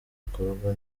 bikorwa